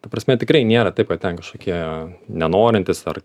ta prasme tikrai nėra taip kad ten kažkokie nenorintys ar